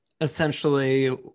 essentially